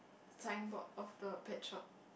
signboard of the pet shop